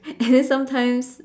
and then sometimes